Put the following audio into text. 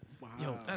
Wow